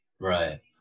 Right